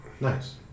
Nice